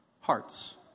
hearts